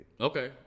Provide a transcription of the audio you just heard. okay